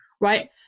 Right